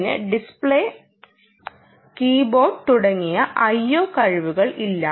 ഇതിന് display keyboard തുടങ്ങിയ IO കഴിവുകൾ ഇല്ല